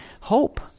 Hope